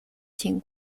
情况